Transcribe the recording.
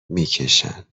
میکشن